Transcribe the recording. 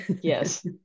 Yes